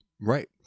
Right